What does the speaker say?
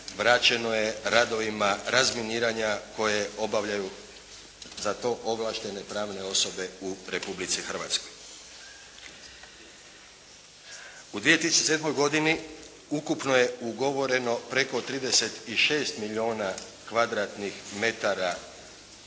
vraćeno je radovima razminiranja koje obavljaju za to ovlaštene pravne osobe u Republici Hrvatskoj. u 2007. godini ukupno je ugovoreno preko 36 milijuna kvadratnih metara